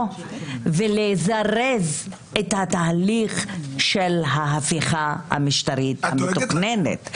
ולזרז את התהליך של ההפיכה המשטרית המתוכננת.